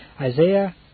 Isaiah